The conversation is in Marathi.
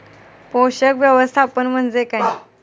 पोषक व्यवस्थापन म्हणजे काय?